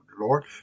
Lord